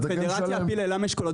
הפיל-עילם ואשכולות,